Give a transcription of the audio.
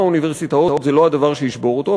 אוניברסיטאות זה לא הדבר שישבור אותו,